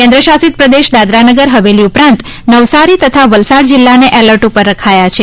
કેન્દ્ર શાસિત પ્રદેશ દાદરાનગર હવેલી ઉપરાંત નવસારી તથા વલસાડ જિલ્લાને એલર્ટ ઉપર રખાયા છે